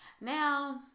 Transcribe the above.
Now